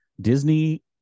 Disney